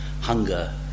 hunger